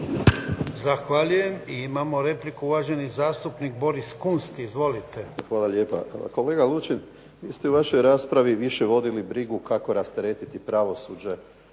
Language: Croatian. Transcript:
Zahvaljujem. I imamo repliku, uvaženi zastupnik Boris Kunst. Izvolite. **Kunst, Boris (HDZ)** Hvala lijepa. Kolega Lučin, vi ste u vašoj raspravi više vodili brigu kako rasteretiti pravosuđe